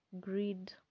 Greed